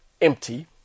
empty